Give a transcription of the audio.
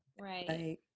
Right